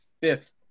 fifth